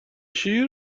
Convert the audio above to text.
شیر